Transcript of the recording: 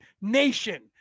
nation